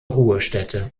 ruhestätte